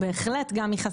דווקא כשיש